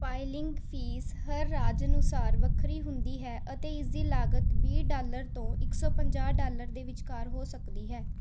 filing fee ਹਰ ਰਾਜ ਅਨੁਸਾਰ ਵੱਖਰੀ ਹੁੰਦੀ ਹੈ ਅਤੇ ਇਸ ਦੀ ਲਾਗਤ ਵੀਹ ਡਾਲਰ ਤੋਂ ਇੱਕ ਸੌ ਪੰਜਾਹ ਡਾਲਰ ਦੇ ਵਿਚਕਾਰ ਹੋ ਸਕਦੀ ਹੈ